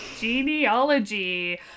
genealogy